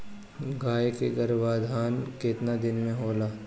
गाय के गरभाधान केतना दिन के होला?